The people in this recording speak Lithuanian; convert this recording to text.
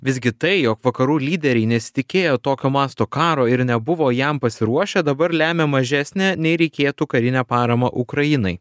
visgi tai jog vakarų lyderiai nesitikėjo tokio masto karo ir nebuvo jam pasiruošę dabar lemia mažesnę nei reikėtų karinę paramą ukrainai